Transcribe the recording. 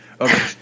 Okay